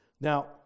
Now